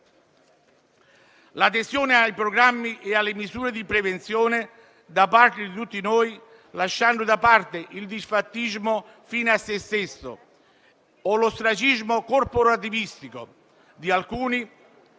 di tutti noi ai programmi e alle misure di prevenzione, lasciando da parte il disfattismo fine a se stesso o l'ostracismo corporativistico di alcuni,